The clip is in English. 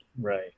Right